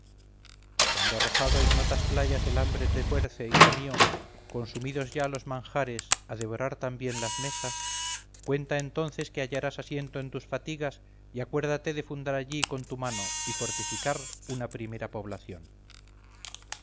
cuando arrojado a ignotas playas el hambre te fuerce hijo mío consumidos ya los manjares a devorar también las mesas cuenta entonces que hallarás asiento en tus fatigas y acuérdate de fundar allí con tu mano y fortificar una primera población